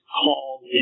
called